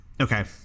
okay